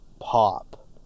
pop